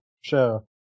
show